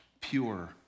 pure